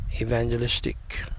Evangelistic